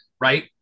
right